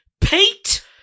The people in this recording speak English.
Pete